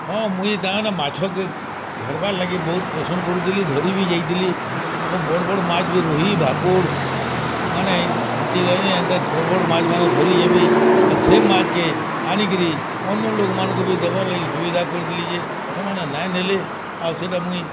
ହ ମୁଁଇ ମାଛ କେ ଧର୍ ବାର୍ ଲାଗି ବହୁତ୍ ପସନ୍ଦ କରୁଥିଲି ଧରି ବି ଯାଇଥିଲି ବଡ଼ ବଡ଼ ମାଛ ବି ରୋହି୍ ଭାକୁଡ଼୍ ମାନେ ଏନ୍ତା ବଡ଼୍ ବଡ଼୍ ମାଛ୍ ମାନେ ଧରି ଯେମି୍ ସେ ମାଛ୍ କେ ଆଣିକିରି ଅନ୍ୟ ଲୋକ୍ ମାନଙ୍କୁ ବି ଦେବାର୍ ଲାଗି ସୁବିଧା କରିଥିଲି ଯେ ସେମାନେ ନାଇଁ ନେଲେ ଆଉ ସେଇଟା ମୁଇଁ